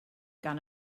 gan